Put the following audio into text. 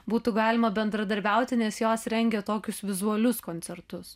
būtų galima bendradarbiauti nes jos rengia tokius vizualius koncertus